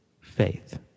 faith